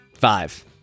Five